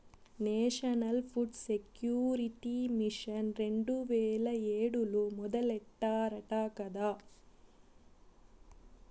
national food security mission రెండు వేల ఏడులో మొదలెట్టారట కదా